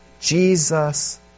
Jesus